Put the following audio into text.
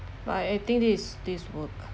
but I I think this is this is work